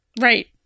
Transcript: Right